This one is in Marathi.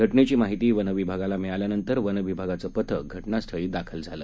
घटनेची माहिती वनविभागाला मिळाल्यानंतर वनविभागाचं पथक घटनास्थळी दाखल झालं